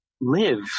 live